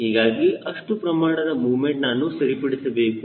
ಹೀಗಾಗಿ ಅಷ್ಟು ಪ್ರಮಾಣದ ಮೊಮೆಂಟ್ ನಾನು ಸರಿಪಡಿಸಬೇಕು